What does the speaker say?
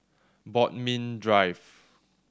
Bodmin Drive